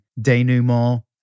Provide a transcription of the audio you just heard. denouement